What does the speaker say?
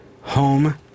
Home